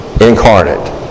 incarnate